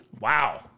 Wow